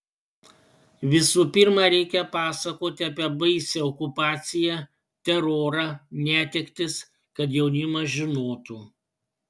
visų pirma reikia pasakoti apie baisią okupaciją terorą netektis kad jaunimas žinotų